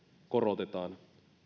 korotetaan